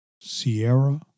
Sierra